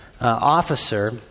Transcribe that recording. officer